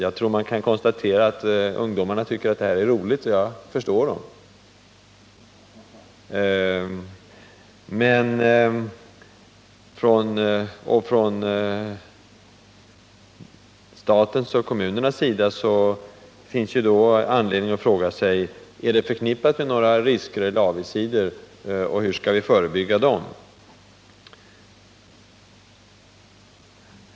Jag tror helt enkelt att ungdomarna tycker att det är roligt, och jag förstår dem. För staten och kommunerna finns det i första hand anledning att fråga sig: Är rullbrädesåkandet förenat med några risker eller avigsidor, och hur skall vi förebygga dem?